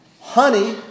honey